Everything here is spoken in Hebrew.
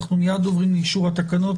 אנחנו מיד עוברים לאישור התקנות.